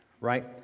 right